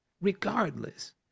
regardless